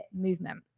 movement